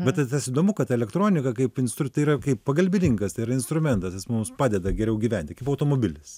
bet tai tas įdomu kad elektronika kaip instru yra kaip pagalbininkas tai yra instrumentas jis mums padeda geriau gyventi kaip automobilis